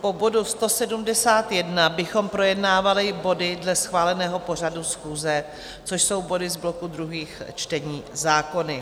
Po bodu 171 bychom projednávali body dle schváleného pořadu schůze, což jsou body z bloku Druhé čtení zákony.